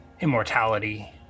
Immortality